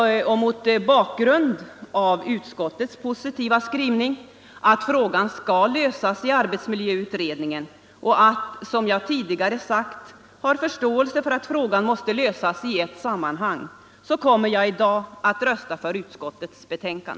Mot bakgrund av utskottets positiva skrivning, att frågan skall lösas i arbetsmiljöutredningen, och då jag, som jag tidigare sagt, har förståelse för att frågan måste lösas i ett sammanhang, kommer jag i dag att rösta för utskottets hemställan.